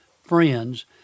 friends